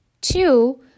Two